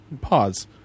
Pause